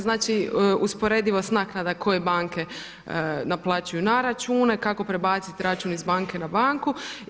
Znači, usporedivost naknada koje banke naplaćuju na račune, kako prebaciti račun iz banke na banku.